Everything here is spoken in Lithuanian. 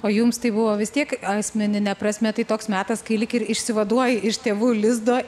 o jums tai buvo vis tiek asmenine prasme tai toks metas kai lyg ir išsivaduoji iš tėvų lizdo